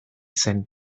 zen